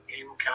income